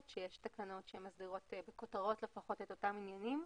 שיש תקנות שמסדירות בכותרות לפחות את אותם עניינים.